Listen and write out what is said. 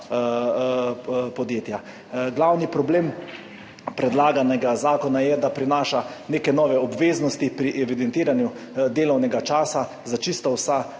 podjetja. Glavni problem predlaganega zakona je, da prinaša neke nove obveznosti pri evidentiranju delovnega časa za čisto vsa